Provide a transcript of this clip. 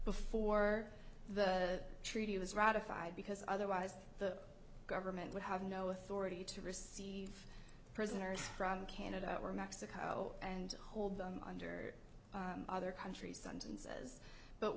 before the treaty was ratified because otherwise the government would have no authority to receive prisoners from canada or mexico and hold them under other countries sentences but